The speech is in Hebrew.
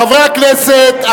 חברי הכנסת,